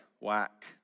whack